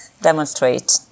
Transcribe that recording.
demonstrate